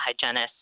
hygienist